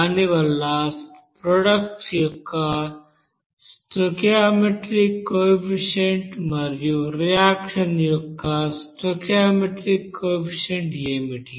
దాని వల్ల ప్రోడక్ట్ యొక్క స్టోయికియోమెట్రిక్ కోఎఫిసిఎంట్ మరియు రియాక్షన్ యొక్క స్టోయికియోమెట్రిక్ కోఎఫిసిఎంట్ ఏమిటి